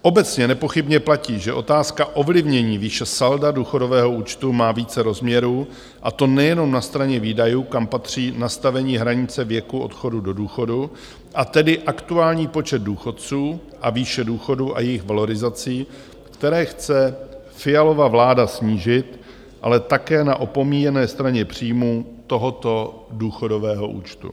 Obecně nepochybně platí, že otázka ovlivnění výše salda důchodového účtu má více rozměrů, a to nejenom na straně výdajů, kam patří nastavení hranice věku odchodu do důchodu, a tedy aktuální počet důchodců a výše důchodu a jejich valorizací, které chce Fialova vláda snížit, ale také na opomíjené straně příjmů tohoto důchodového účtu.